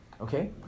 okay